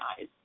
eyes